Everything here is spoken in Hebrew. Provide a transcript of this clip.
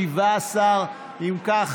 17. אם כך,